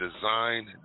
Design